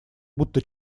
будто